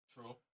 true